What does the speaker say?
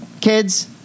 kids